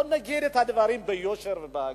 בוא נגיד את הדברים ביושר ובהגינות.